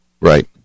Right